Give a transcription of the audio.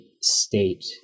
state